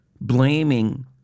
blaming